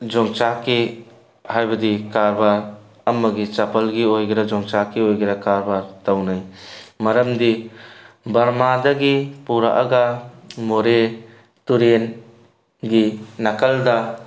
ꯌꯣꯡꯆꯥꯛꯀꯤ ꯍꯥꯏꯕꯗꯤ ꯀꯔꯕꯥꯔ ꯑꯃꯒꯤ ꯆꯄꯜꯒꯤ ꯑꯣꯏꯒꯦꯔꯥ ꯌꯣꯡꯆꯥꯛꯀꯤ ꯑꯣꯏꯒꯦꯔꯥ ꯀꯥꯔꯕꯥꯔ ꯇꯧꯅꯩ ꯃꯔꯝꯗꯤ ꯕꯔꯃꯥꯗꯒꯤ ꯄꯨꯔꯛꯑꯒ ꯃꯣꯔꯦ ꯇꯨꯔꯦꯟꯒꯤ ꯅꯥꯀꯟꯗ